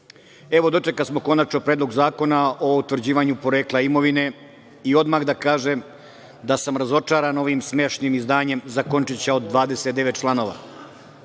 vidiku. Dočekasmo konačno Predlog zakona o utvrđivanju porekla imovine. Odmah da kažem da sam razočaran ovim smešnim izdanjem zakončića od 29. članova.